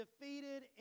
defeated